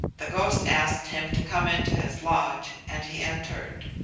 the ghost asked him to come into his lodge, and he entered.